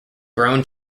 grown